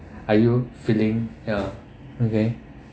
are you feeling ya okay